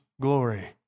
glory